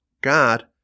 God